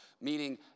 Meaning